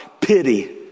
Pity